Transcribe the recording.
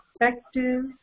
effective